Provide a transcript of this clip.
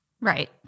Right